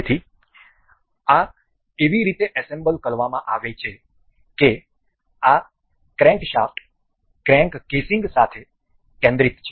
તેથી આ એવી રીતે એસેમ્બલ કરવામાં આવી છે કે આ ક્રેન્કશાફ્ટ ક્રેંક કેસિંગ સાથે કેન્દ્રિત છે